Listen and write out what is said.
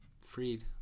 freed